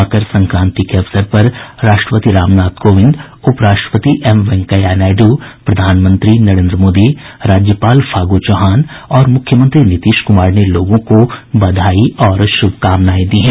मकर संक्रांति के अवसर पर राष्ट्रपति रामनाथ कोविंद उप राष्ट्रपति एम वेंकैया नायड् प्रधानमंत्री नरेन्द्र मोदी प्रदेश के राज्यपाल फागू चौहान और मुख्यमंत्री नीतीश कुमार ने लोगों को बधाई और शुभकामनाएं दी हैं